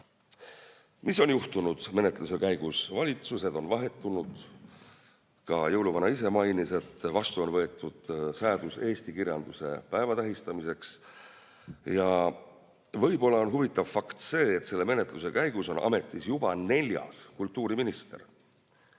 on juhtunud menetluse käigus? Valitsused on vahetunud, ka jõuluvana ise mainis, et vastu on võetud säädus eesti kirjanduse päeva tähistamiseks. Ja võib-olla on huvitav fakt see, et selle menetluse jooksul on ametis juba neljas kultuuriminister.